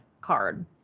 card